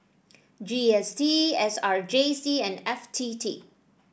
G S T S R J C and F T T